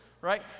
right